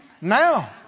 now